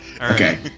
Okay